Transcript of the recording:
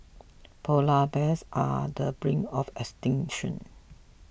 Polar Bears are the brink of extinction